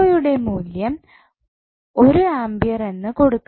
യുടെ മൂല്യം 1 ആംപിയർ എന്ന് കൊടുക്കാം